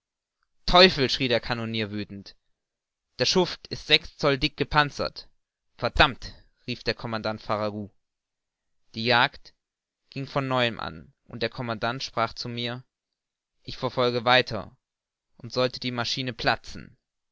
teufel schrie der kanonier wüthend der schuft ist sechs zoll dick gepanzert verdammt rief der commandant farragut die jagd ging von neuem an und der commandant sprach zu mir ich verfolge weiter und sollte die maschine platzen